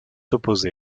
opposée